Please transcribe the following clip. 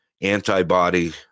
antibody